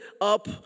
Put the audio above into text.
up